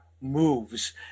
moves